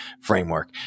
framework